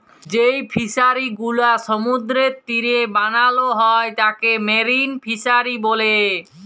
যেই ফিশারি গুলো সমুদ্রের তীরে বানাল হ্যয় তাকে মেরিন ফিসারী ব্যলে